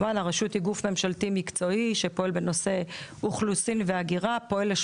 הרשות הוא גוף ממשלתי מקצועי בפועל בנושא אוכלוסין והגירה,